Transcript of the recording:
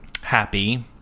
happy